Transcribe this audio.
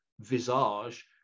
visage